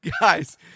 Guys